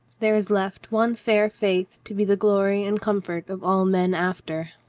there is left one fair faith to be the glory and comfort of all men after.